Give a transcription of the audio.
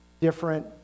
different